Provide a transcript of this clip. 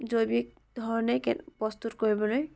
জৈৱিক ধৰণে কেন প্ৰস্তুত কৰিবলৈ